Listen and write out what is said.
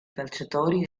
calciatori